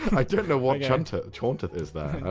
i don't know what chaunteth chaunteth is though,